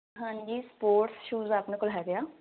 ਹਾਂਜੀ sports shoes ਆਪਣੇ ਕੋਲ ਹੈਗੇ ਆ